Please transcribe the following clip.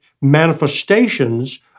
manifestations